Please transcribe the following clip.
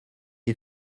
ait